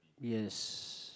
yes